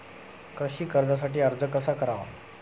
कृषी कर्जासाठी अर्ज कसा करावा?